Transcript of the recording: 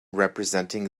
representing